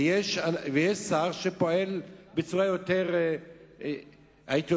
ויש שר שפועל בצורה יותר ספציפית.